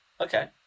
okay